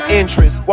interest